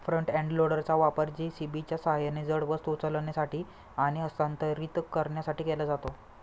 front end लोडरचा वापर जे.सी.बीच्या सहाय्याने जड वस्तू उचलण्यासाठी आणि हस्तांतरित करण्यासाठी केला जातो